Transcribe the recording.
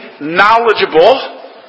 knowledgeable